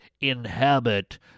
inhabit